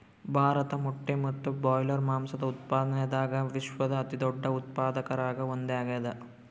ಭಾರತ ಮೊಟ್ಟೆ ಮತ್ತು ಬ್ರಾಯ್ಲರ್ ಮಾಂಸದ ಉತ್ಪಾದನ್ಯಾಗ ವಿಶ್ವದ ಅತಿದೊಡ್ಡ ಉತ್ಪಾದಕರಾಗ ಒಂದಾಗ್ಯಾದ